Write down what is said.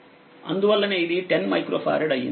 అందువల్లనే ఇది 10మైక్రో ఫారెడ్ అయ్యింది